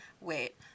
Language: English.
Wait